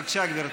בבקשה, גברתי.